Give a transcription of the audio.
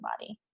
body